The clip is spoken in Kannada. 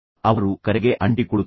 ಅವರು ಕರೆಗೆ ಅಂಟಿಕೊಳ್ಳುತ್ತಾರೆ